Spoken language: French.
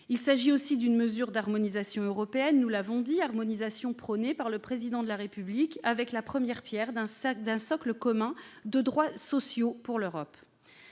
Il s'agit aussi d'une mesure d'harmonisation européenne, harmonisation prônée par le Président de la République. Ce serait la première pierre d'un socle commun de droits sociaux pour l'Europe.